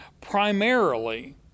Primarily